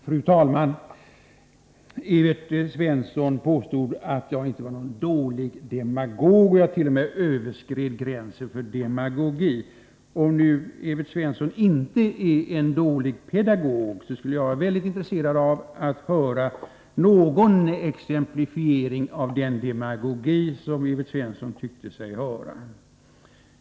Fru talman! Evert Svensson påstod att jag inte var någon dålig demagog och att jag t.o.m. överskred gränsen för demagogi. Om Evert Svensson inte är en dålig pedagog, skulle jag vara mycket intresserad av att höra någon exemplifiering av den demagogi som han tyckte sig höra.